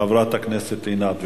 חברת הכנסת עינת וילף.